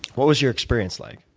what was your experience like?